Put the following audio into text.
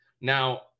Now